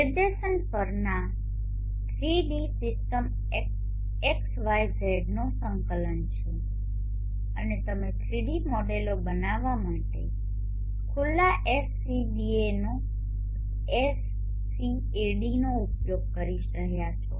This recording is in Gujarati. નિર્દેશન પરઆ 3 ડી સિસ્ટમ એક્સવાયઝેડનો સંકલન છે અને તમે 3 ડી મોડેલો બનાવવા માટે ખુલ્લા એસસીએડીનો ઉપયોગ કરી રહ્યા છો